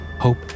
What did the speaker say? Hope